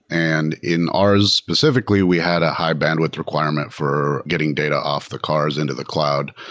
and in ours specifi cally, we had a high bandwidth requirement for getting data off the cars into the cloud.